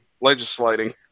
legislating